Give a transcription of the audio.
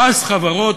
מס חברות?